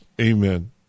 amen